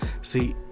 See